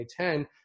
2010